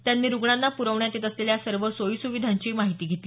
त्यांनी रुग्णांना प्रवण्यात येत असलेल्या सर्व सोयी सुविधांची माहिती घेतली